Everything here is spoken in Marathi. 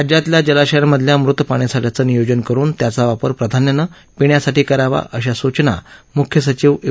राज्यातल्या जलाशयांमधल्या मृत पाणीसाठ्याचं नियोजन करुन त्याचा वापर प्राधान्यानं पिण्यासाठी करावा अशा सूचना मुख्य सचिव यु